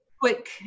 quick